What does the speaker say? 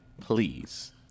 please